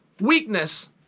weakness